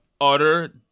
utter